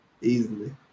Easily